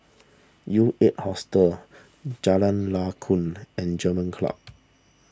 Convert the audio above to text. U eight Hostel Jalan Lakum and German Club